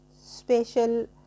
special